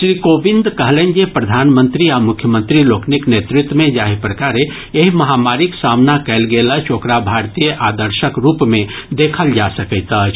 श्री कोविंद कहलनि जे प्रधानमंत्री आ मुख्यमंत्री लोकनिक नेतृत्व मे जाहि प्रकारे एहि महामारीक सामना कयल गेल अछि ओकरा भारतीय आदर्शक रूप मे देखल जा सकैत अछि